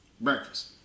breakfast